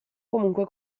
comunque